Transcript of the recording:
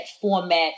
format